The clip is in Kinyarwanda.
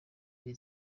iri